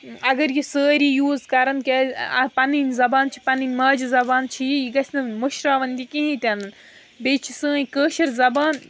اَگر یہِ سٲری یوٗز کَرَان کیازِ پَنٕنۍ زَبان چھِ پَنٕنۍ ماجہِ زبان چھِ یہِ یہِ گَژھِ نہٕ مٔشراوان یہِ کِہیٖنۍ تہِ نہٕ بیٚیہِ چھِ سٲنۍ کٲشِر زَبان